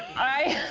i.